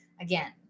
again